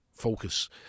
Focus